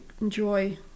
enjoy